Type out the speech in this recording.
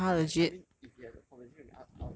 and like I mean if he has a conversation with I I'll